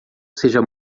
seja